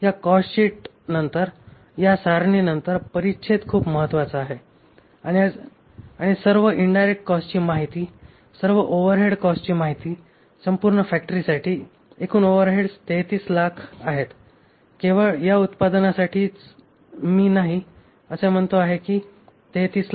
या कॉस्टशीटनंतर या सारणीनंतर परिच्छेद खूप महत्वाचा आहे आणि सर्व इनडायरेक्ट कॉस्टची माहिती सर्व ओव्हरहेड कॉस्टची माहिती संपूर्ण फॅक्टरीसाठी एकूण ओव्हरहेड्स 3300000 आहेत केवळ या उत्पादनासाठीच मी नाही असे म्हणतो आहे की 3300000